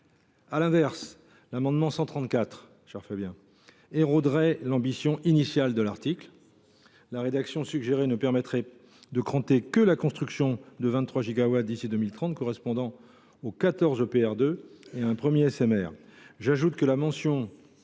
À l’inverse, adopter l’amendement n° 134 éroderait l’ambition initiale de l’article 3. La rédaction suggérée ne permettrait de cranter que la construction de 23 gigawatts d’ici à 2030, correspondant aux 14 EPR2 et à un premier SMR. J’ajoute que mentionner